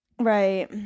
Right